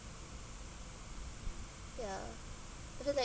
ya because